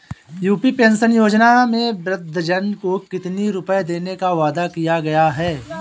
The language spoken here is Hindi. यू.पी पेंशन योजना में वृद्धजन को कितनी रूपये देने का वादा किया गया है?